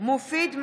מופיד מרעי,